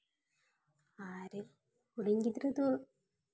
ᱟᱨ ᱦᱩᱰᱤᱧ ᱜᱤᱫᱽᱨᱟᱹ ᱫᱚ